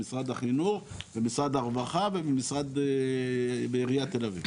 במשרד החינוך במשרד הרווחה ובעיריית תל אביב.